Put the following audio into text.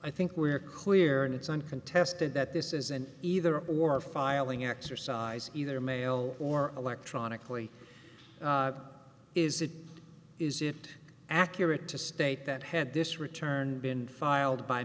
i think we are clear and it's uncontested that this is an either or filing exercise either male or electronically is it is it accurate to state that had this return been filed by